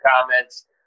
comments